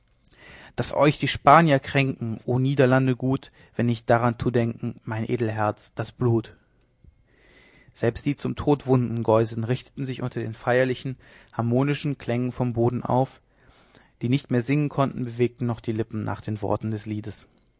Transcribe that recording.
daß euch die spanier kränken o niederlande gut wenn ich daran tu denken mein edel herz das blut't selbst die zu tode wunden geusen richteten sich unter den feierlichen harmonischen klängen vom boden auf die nicht mehr singen konnten bewegten doch die lippen nach den worten des liedes